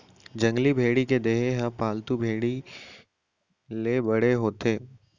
जंगली भेड़ी के देहे ह पालतू भेड़ी ले बड़े होथे